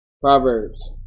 Proverbs